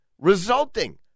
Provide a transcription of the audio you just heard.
resulting